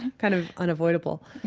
kind of unavoidable